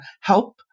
help